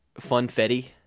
funfetti